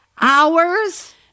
hours